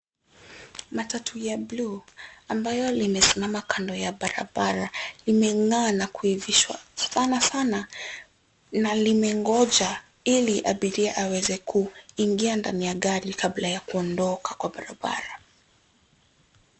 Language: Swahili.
Matatu ya bluu, ambayo limesimama kando ya barabara limeng'aa na kuivishwa sanasana na limengoja ili abiria aweze kuingia ndani ya gari kabla ya kuondoka kwa barabara.